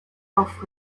off